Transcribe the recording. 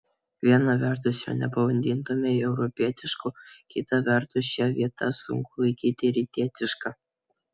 viena vertus jo nepavadintumei europietišku kita vertus šią vietą sunku laikyti rytietiška